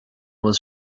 was